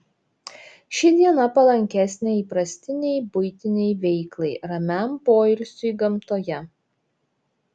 ši diena palankesnė įprastinei buitinei veiklai ramiam poilsiui gamtoje